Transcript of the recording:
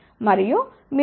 మరియు మీరు దాదాపు 2